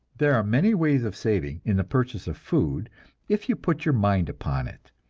there are many ways of saving in the purchase of food if you put your mind upon it.